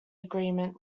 agreement